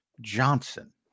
Johnson